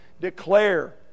declare